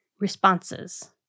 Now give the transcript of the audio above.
responses